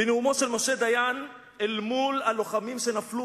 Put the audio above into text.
בנאומו של משה דיין אל מול הלוחמים שנפלו